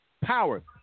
power